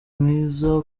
mwiza